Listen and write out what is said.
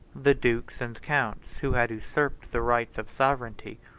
the dukes and counts, who had usurped the rights of sovereignty,